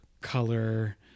color